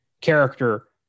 character